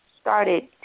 started